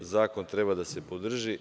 Zakon treba da se podrži.